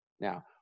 Now